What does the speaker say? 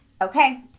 okay